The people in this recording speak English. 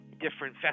different